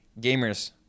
Gamers